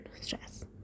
stress